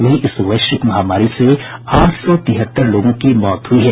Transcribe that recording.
वहीं इस वैश्विक महामारी से आठ सौ तिहत्तर लोगों की मौत हुई है